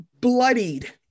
bloodied